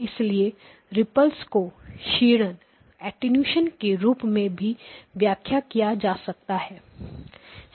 इसलिए रिपल्स को क्षीणन के रूप में भी व्याख्या किया जा सकता है